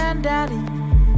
Daddy